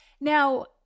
Now